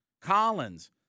Collins